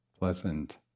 pleasant